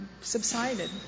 subsided